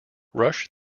rush